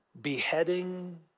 beheading